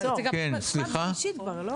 כן, סליחה?